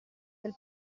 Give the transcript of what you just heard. del